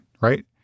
right